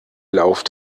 lauf